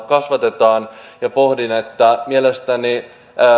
kasvatetaan mitoitusta pohdin että mielestäni